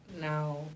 Now